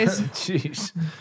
Jeez